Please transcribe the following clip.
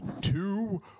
two